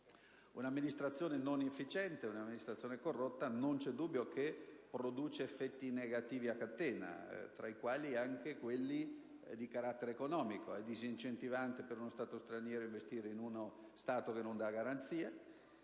Un'amministrazione non efficiente, un'amministrazione corrotta non c'è dubbio che produce effetti negativi a catena, tra i quali anche quelli di carattere economico: è disincentivante per uno Stato straniero investire in uno Stato che non dà garanzia;